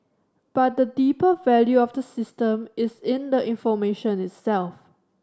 but the deeper value of the system is in the information itself